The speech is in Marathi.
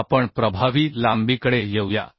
आता आपण प्रभावी लांबीकडे येऊया